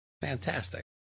Fantastic